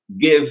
give